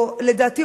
לדעתי,